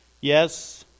Yes